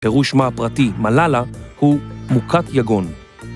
פירוש מהפרטי מלאלה הוא מוקת יגון.